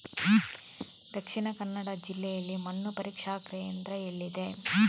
ದಕ್ಷಿಣ ಕನ್ನಡ ಜಿಲ್ಲೆಯಲ್ಲಿ ಮಣ್ಣು ಪರೀಕ್ಷಾ ಕೇಂದ್ರ ಎಲ್ಲಿದೆ?